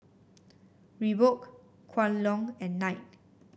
Reebok Kwan Loong and Knight